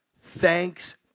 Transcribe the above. Thanks